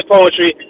Poetry